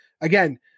Again